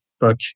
book